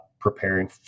preparing